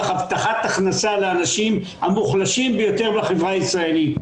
הבטחת הכנסה לאנשים המוחלשים ביותר בחברה הישראלית.